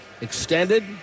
extended